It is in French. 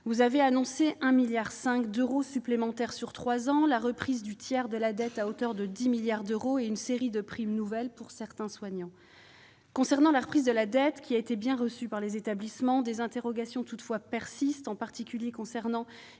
vous avez annoncé 1,5 milliard d'euros supplémentaires sur trois ans, la reprise du tiers de la dette de l'hôpital, à hauteur de 10 milliards d'euros, et une série de primes nouvelles pour certains soignants. S'agissant de la reprise de la dette, qui a été bien reçue par les établissements, des interrogations persistent, en particulier concernant